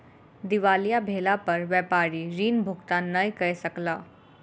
दिवालिया भेला पर व्यापारी ऋण भुगतान नै कय सकला